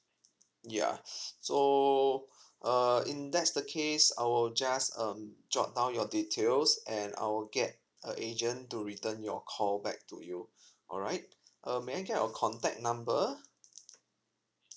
ya so err in that's the case I will just um jot down your details and I'll get a agent to return your call back to you alright um may I get your contact number